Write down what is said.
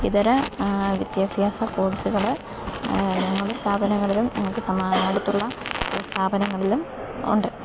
ഇതര വിദ്യാഭ്യാസ കോഴ്സുകൾ ഞങ്ങളുടെ സ്ഥാപനങ്ങളിലും നമുക്ക് സമാ അടുത്തുള്ള സ്ഥാപനങ്ങളിലും ഉണ്ട്